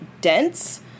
dense